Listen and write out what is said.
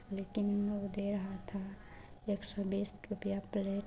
लेकिन अब वह दे रहा था एक साै बीस रुपया प्लेट